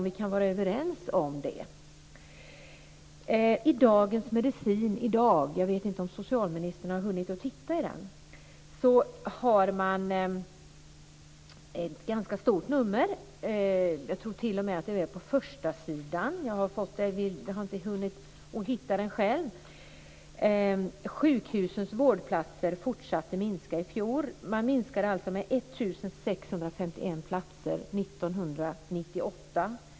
I Dagens Medicin i dag - jag vet inte om socialministern har hunnit titta i den - finns det en stor artikel med rubriken "Antalet vårdplatser fortsätter att minska" på första sidan. Antalet platser minskade med 1 651 platser år 1998.